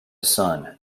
son